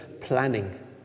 planning